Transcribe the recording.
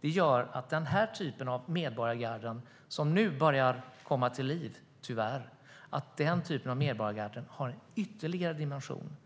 Det gör att den typ av medborgargarden som nu tyvärr börjar komma till liv har ytterligare en dimension